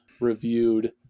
reviewed